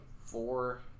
four